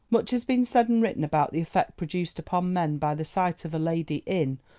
much has been said and written about the effect produced upon men by the sight of a lady in,